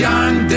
Young